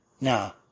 Now